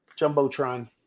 jumbotron